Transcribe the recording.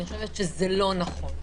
אני חושבת שזה לא נכון.